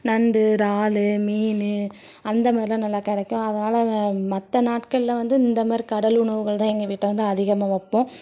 நண்டு இறாலு மீன் அந்த மாதிரிலாம் நல்லா கிடைக்கும் அதனால வே மற்ற நாட்களில் வந்து இந்தமாரி கடல் உணவுகள் தான் எங்கள் வீட்டில் வந்து அதிகமாக வைப்போம்